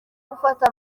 gufata